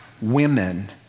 women